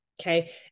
Okay